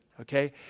okay